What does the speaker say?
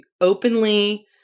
openly